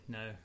no